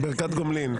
ברכת גומלין.